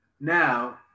Now